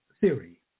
theory